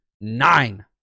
nine